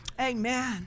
Amen